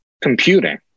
computing